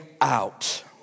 out